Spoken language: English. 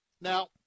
Now